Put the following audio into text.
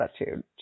attitude